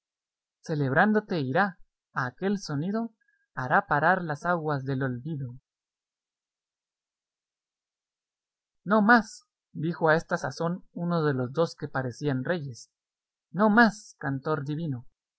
celebrándote irá y aquel sonido hará parar las aguas del olvido no más dijo a esta sazón uno de los dos que parecían reyes no más cantor divino